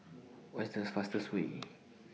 What's The fastest Way